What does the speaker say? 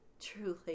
Truly